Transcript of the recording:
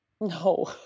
No